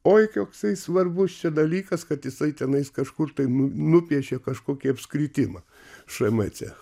oi koksai svarbus čia dalykas kad jisai tenais kažkur tai nu nupiešė kažkokį apskritimą šmc